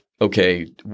okay